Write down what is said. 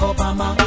Obama